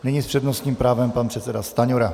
Nyní s přednostním právem pan předseda Stanjura.